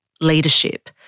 leadership